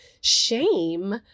shame